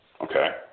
Okay